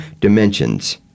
dimensions